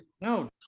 No